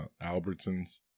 Albertson's